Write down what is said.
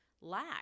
lack